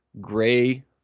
gray